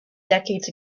decades